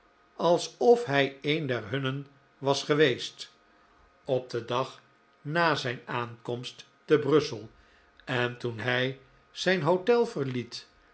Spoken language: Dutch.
alsof hijzelf een der hunnen was geweest op den dag na zijn aankomst te brussel en toen hij zijn hotel verliet